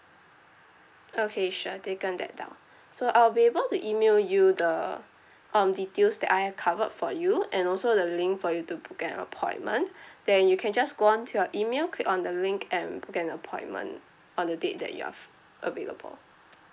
okay sure taken that down so I'll be able to email you the um details that I've covered for you and also the link for you to book an appointment then you can just go on to your email click on the link and book an appointment on the date that you have available